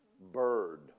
Bird